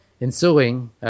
ensuing